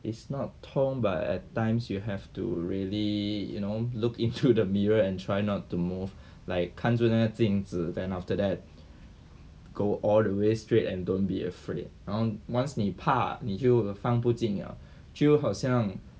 it's not 痛 but at times you have to really you know look into the mirror and try not to move like 看住那些镜子 then after that go all the way straight and don't be afraid it 然后 once 你怕你就放不进了就好像